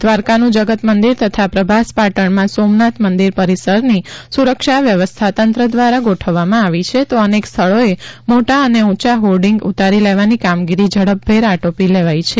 દ્વારકાનુ જગત મંદિર તથા પ્રભાસપાટણમાં સોમનાથ મંદિર પરિસરની સુરક્ષા વ્યવસ્થા તંત્ર દ્વારા ગોઠવવામાં આવી છે તો અનેક સ્થળેથી મોટા અને ઉંચા હોર્ડિંગ ઉતારી લેવાની કામગીરી ઝડપભેર આટોપી લેવાઇ છે